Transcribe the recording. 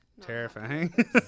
terrifying